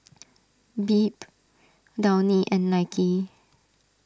Bebe Downy and Nike